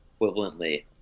Equivalently